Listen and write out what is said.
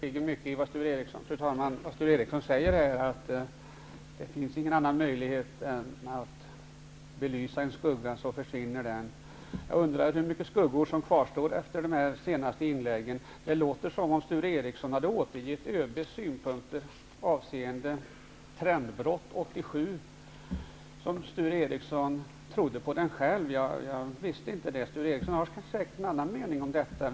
Fru talman! Det ligger mycket i vad Sture Ericson säger, att det inte finns någon annan möjlighet än att belysa en skugga för att den skall försvinna. Jag undrar hur mycket skuggor som kvarstår efter de senaste inläggen. Det låter som om Sture Ericson hade återgett ÖB:s synpunkter avseende ett trendbrott 1987, som om Sture Ericson trodde på dem själv. Jag visste inte det. Sture Ericson har säkert en annan mening om detta.